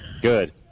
Good